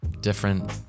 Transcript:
Different